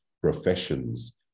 professions